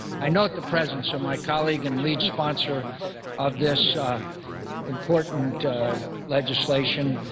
i note the presence of my colleague and lead sponsor of this important legislation,